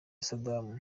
saddam